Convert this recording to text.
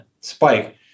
spike